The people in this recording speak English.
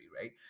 right